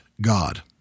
god